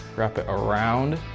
wrap it around,